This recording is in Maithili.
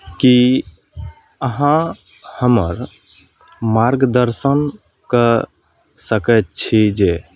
की अहाँ हमर मार्गदर्शन कऽ सकैत छी जे